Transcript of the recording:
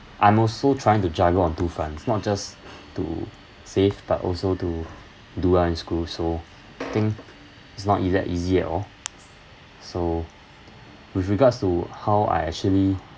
I'm also trying to juggle on two fronts not just to save but also to do well in school so think is not is that easy at all so with regards to how I actually